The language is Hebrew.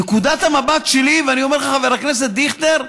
נקודת המבט שלי, ואני אומר לך, חבר הכנסת דיכטר,